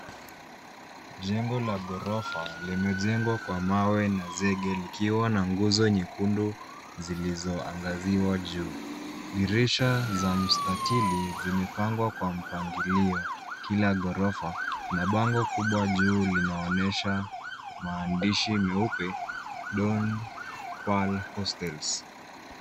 Jengo la ghorofa limejengwa kwa mawe na zege likiwa na nguzo nyekundu zilizoangaziwa juu, dirisha za mstatili zimepangwa kwa mpangilio Kila ghorofa na bango kubwa juu linaonyesha maandishi meupe Don Pearl hostels .